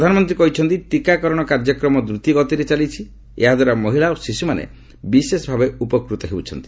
ପ୍ରଧାନମନ୍ତ୍ରୀ କହିଛନ୍ତି ଟୀକାକରଣ କାର୍ଯ୍ୟକ୍ରମ ଦ୍ରତଗତିରେ ଚାଲିଛି ଏହାଦ୍ୱାରା ମହିଳା ଓ ଶିଶୁମାନେ ବିଶେଷ ଭାବେ ଉତ୍ପକତ ହେଉଛନ୍ତି